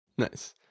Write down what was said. Nice